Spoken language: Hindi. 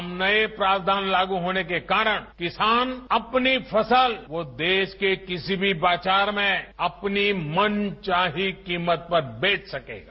अब नये प्रावधान लागू होने के कारण किसान अपनी फसल वो देश के किसी भी बाजार में अपनी मनचाही कीमत पर बेच सकेंगे